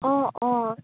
অ অ